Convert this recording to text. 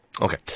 Okay